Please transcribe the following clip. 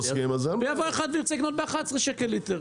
ויבוא אחד וירצה לקנות ב-11 שקל לליטר.